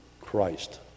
Christ